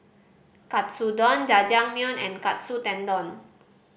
Katsudon Jajangmyeon and Katsu Tendon